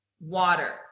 Water